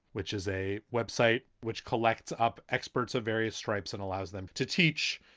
which is a web site which collects up experts of various stripes and allows them to teach,